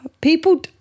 people